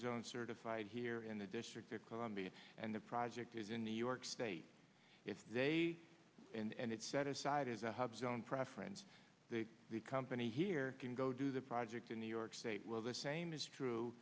zone certified here in the district of columbia and the project is in new york state if they and it's set aside as a hub zone preference they become pany here can go do the project in new york state well the same is true